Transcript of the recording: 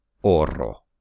Oro